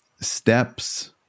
steps